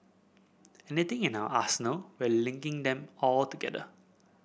anything in our arsenal we're linking them all together